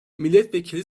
milletvekili